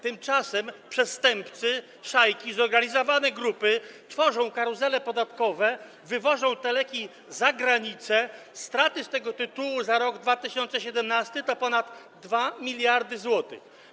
Tymczasem przestępcy, szajki, zorganizowane grupy tworzą karuzele podatkowe, wywożą leki za granicę, a straty z tego tytułu za rok 2017 to ponad 2 mld zł.